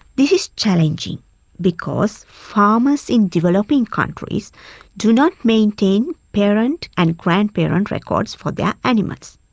this is challenging because farmers in developing countries do not maintain parent and grandparent records for their animals.